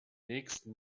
nächsten